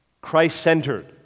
Christ-centered